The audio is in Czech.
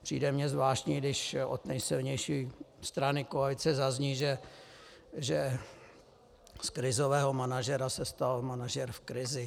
Přijde mi zvláštní, když od nejsilnější strany koalice zazní, že z krizového manažera se stal manažer v krizi.